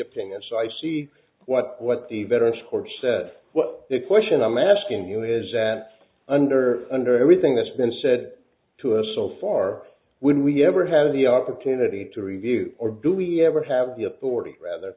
opinion so i see what what the better score said what the question i'm asking you is that under under everything that's been said to us so far would we ever have the opportunity to review or do we ever have the authority